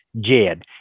JED